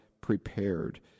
prepared